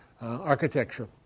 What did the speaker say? architecture